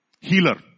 healer